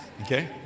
Okay